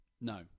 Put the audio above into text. No